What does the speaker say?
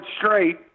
straight